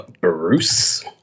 Bruce